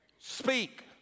speak